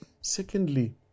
Secondly